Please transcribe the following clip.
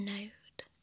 Node